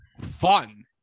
fun